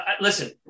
Listen